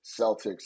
Celtics